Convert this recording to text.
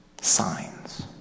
signs